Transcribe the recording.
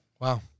Wow